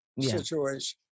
situation